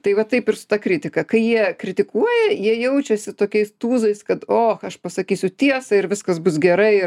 tai va taip ir su ta kritika kai jie kritikuoja jie jaučiasi tokiais tūzais kad oh aš pasakysiu tiesą ir viskas bus gerai